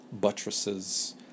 buttresses